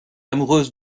amoureuses